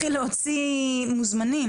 מתחילות טענות.